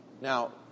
Now